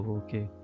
okay